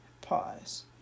Pause